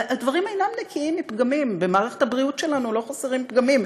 והדברים אינם נקיים מפגמים: במערכת הבריאות שלנו לא חסרים פגמים,